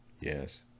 yes